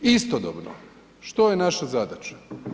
Istodobno, što je naša zadaća?